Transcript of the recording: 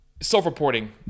self-reporting